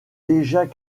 déjà